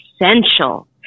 essential